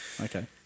Okay